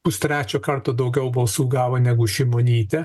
pustrečio karto daugiau balsų gavo negu šimonytė